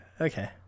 okay